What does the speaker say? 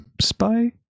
spy